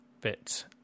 bit